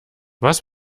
was